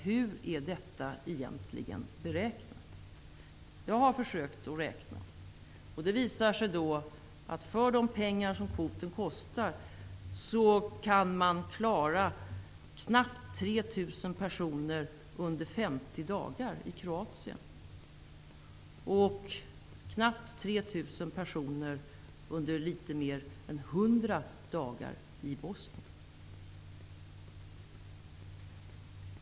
Hur är detta egentligen beräknat? Jag har försökt att räkna. Det visar sig då att för de pengar som kvoten kostar kan man hjälpa knappt 3 000 000 personer under 50 dagar i dagar i Bosnien.